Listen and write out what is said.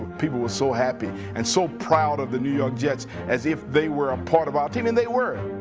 people were so happy and so proud of the new york jets. as if they were a part of our team and they were.